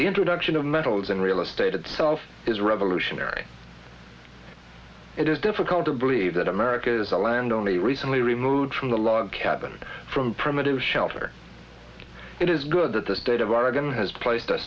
the introduction of metals and real estate itself is revolutionary it is difficult to believe that america is a land only recently removed from the log cabin from primitive shelter it is good that the state of oregon has placed a